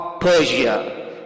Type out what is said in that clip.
persia